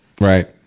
Right